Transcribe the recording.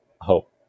hope